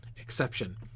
exception